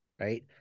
right